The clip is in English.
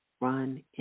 run